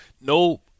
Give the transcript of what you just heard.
no